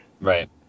right